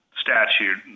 statute